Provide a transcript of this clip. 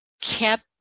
kept